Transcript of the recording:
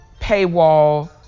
paywall